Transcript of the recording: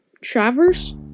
traverse